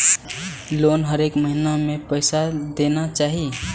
Loan हरेक महीना में पैसा देना चाहि?